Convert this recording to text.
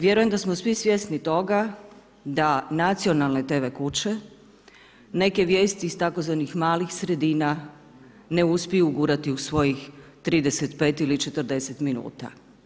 Vjerujem da smo svi svjesni toga da nacionalne tv kuće neke vijesti iz tzv. malih sredina ne uspiju ugurati u svojih 35 ili 40 minuta.